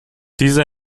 diese